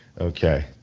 Okay